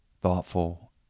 thoughtful